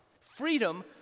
Freedom